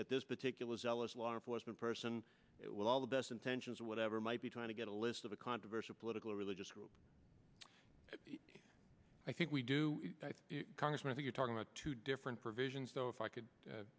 that this particular zealous law enforcement person with all the best intentions or whatever might be trying to get a list of a controversial political or religious group i think we do congressman are you talking about two different provisions so if i could